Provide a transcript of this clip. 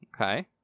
Okay